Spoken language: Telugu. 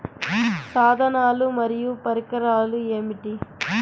సాధనాలు మరియు పరికరాలు ఏమిటీ?